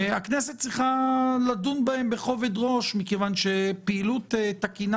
הכנסת צריכה לדון בהם בכובד-ראש מכיוון שפעילות תקינה